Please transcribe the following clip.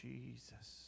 Jesus